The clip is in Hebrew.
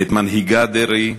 ואת מנהיגה, דרעי,